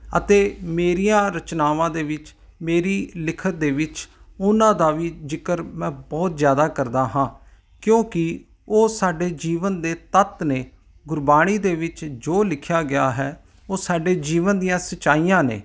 ਅਤੇ ਮੇਰੀਆਂ ਰਚਨਾਵਾਂ ਦੇ ਵਿੱਚ ਮੇਰੀ ਲਿਖਤ ਦੇ ਵਿੱਚ ਉਹਨਾਂ ਦਾ ਵੀ ਜ਼ਿਕਰ ਮੈਂ ਬਹੁਤ ਜ਼ਿਆਦਾ ਕਰਦਾ ਹਾਂ ਕਿਉਂਕਿ ਉਹ ਸਾਡੇ ਜੀਵਨ ਦੇ ਤੱਤ ਨੇ ਗੁਰਬਾਣੀ ਦੇ ਵਿੱਚ ਜੋ ਲਿਖਿਆ ਗਿਆ ਹੈ ਉਹ ਸਾਡੇ ਜੀਵਨ ਦੀਆਂ ਸੱਚਾਈਆਂ ਨੇ